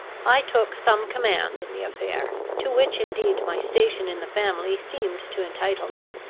i took some command in the affair, to which indeed my station in the family seemed to entitle me,